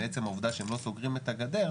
מעצם העובדה שהם לא סוגרים את הגדר,